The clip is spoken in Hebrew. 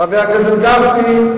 חבר הכנסת גפני,